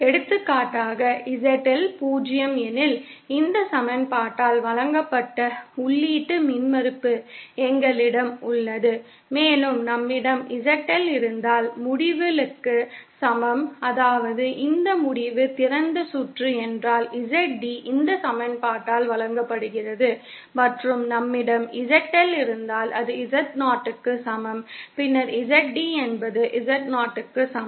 எடுத்துக்காட்டாக ZL 0 எனில் இந்த சமன்பாட்டால் வழங்கப்பட்ட உள்ளீட்டு மின்மறுப்பு எங்களிடம் உள்ளது மேலும் நம்மிடம் ZL இருந்தால் முடிவிலிக்கு சமம் அதாவது இந்த முடிவு திறந்த சுற்று என்றால் ZD இந்த சமன்பாட்டால் வழங்கப்படுகிறது மற்றும் நம்மிடம் ZL இருந்தால் அது Z0 க்கு சமம் பின்னர் ZD என்பது Z0 க்கு சமம்